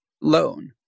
loan